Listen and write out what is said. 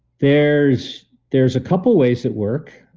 there's there's a couple ways at work.